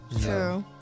true